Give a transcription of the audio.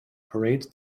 parades